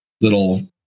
little